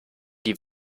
die